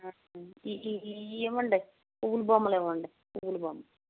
ఈ ఈ ఇవ్వండి పువ్వులు బొమ్మలు ఇవ్వండి